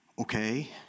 Okay